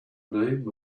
name